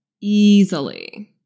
easily